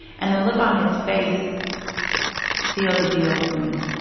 and the look on his face sealed the deal for me.